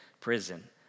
prison